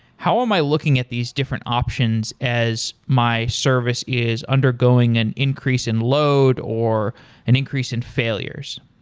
how am i looking at these different options as my service is undergoing an increase in load or an increase in failures?